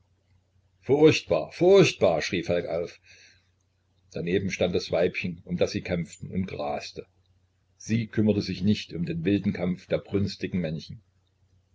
furchtbar furchtbar schrie falk auf daneben stand das weibchen um das sie kämpften und graste sie kümmerte sich nicht um den wilden kampf der brünstigen männchen